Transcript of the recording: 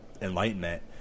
enlightenment